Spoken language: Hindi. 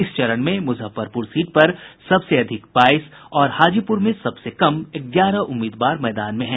इस चरण में मुजफ्फरपुर सीट पर सबसे अधिक बाईस और हाजीपुर में सबसे कम ग्यारह उम्मीदवार मैदान में हैं